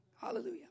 hallelujah